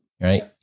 Right